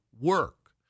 work